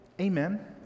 amen